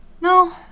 no